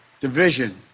division